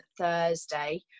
Thursday